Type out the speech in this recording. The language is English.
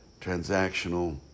transactional